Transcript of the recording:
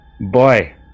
boy